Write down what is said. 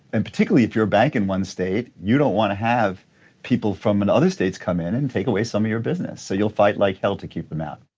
and particularly if you're a bank in one state you don't want to have people from and other states come in and take away some of your business. so you'll fight like hell to keep them out,